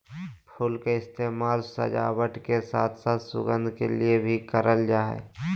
फुल के इस्तेमाल सजावट के साथ साथ सुगंध के लिए भी कयल जा हइ